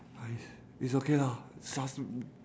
!hais! it's okay lah just w~